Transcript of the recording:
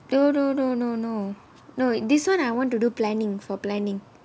no no no no no no this [one] I want to do planning for planning